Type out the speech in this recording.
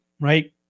right